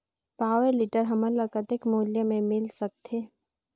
Power tiller हमन ल कतेक मूल्य मे मिल सकथे?